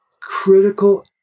critical